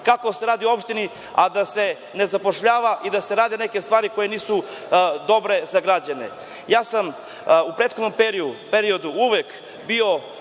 kako se radi u opštini, a da se na zapošljava i da se rade neke stvari koje nisu dobre za građane.U prethodnom periodu bio